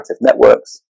networks